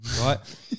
Right